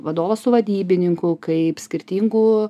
vadovas su vadybininku kaip skirtingų